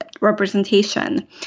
representation